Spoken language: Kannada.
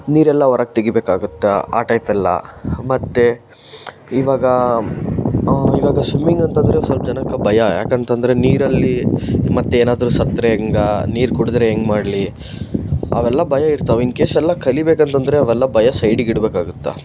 ನೀರೆಲ್ಲ ಹೊರಗೆ ತೆಗಿಬೇಕಾಗುತ್ತೆ ಆ ಟೈಪೆಲ್ಲ ಮತ್ತೆ ಈವಾಗ ಈವಾಗ ಸ್ವಿಮ್ಮಿಂಗ್ ಅಂತ ಅಂದ್ರೆ ಸ್ವಲ್ಪ ಜನಕ್ಕೆ ಭಯ ಯಾಕಂತ ಅಂದ್ರೆ ನೀರಲ್ಲಿ ಮತ್ತೇನಾದರೂ ಸತ್ರೆ ಹೆಂಗೆ ನೀರು ಕುಡಿದ್ರೆ ಹೆಂಗೆ ಮಾಡಲಿ ಅವೆಲ್ಲ ಭಯ ಇರ್ತಾವೆ ಇನ್ಕೇಶ್ ಎಲ್ಲ ಕಲಿಬೇಕು ಅಂತ ಅಂದ್ರೆ ಅವೆಲ್ಲ ಭಯ ಸೈಡಿಗೆ ಇಡ್ಬೇಕಾಗುತ್ತೆ